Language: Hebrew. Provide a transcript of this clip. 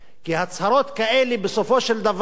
כי הצהרות כאלה, בסופו של דבר,